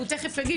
והוא תכף יגיד,